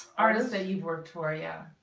artists that you've worked for yeah.